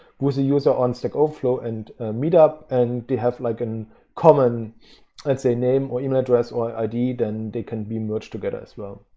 who's a user on stackoverflow and meet up and they have like an common let's say name or email address or id, then they can be merged together as well.